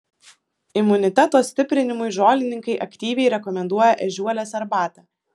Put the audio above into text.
imuniteto stiprinimui žolininkai aktyviai rekomenduoja ežiuolės arbatą